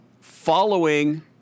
Following